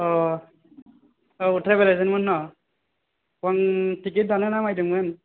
आह आव ट्रेभेल एजेन्टमोन ना आं टिकेट दान्नो नामायदों मोन